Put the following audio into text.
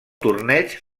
torneig